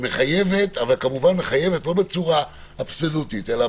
שמחייבת אבל לא בצורה אבסולוטית אלא